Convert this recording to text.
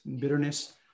bitterness